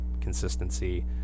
consistency